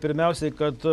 pirmiausiai kad